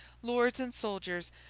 lords, and soldiers,